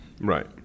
Right